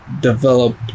develop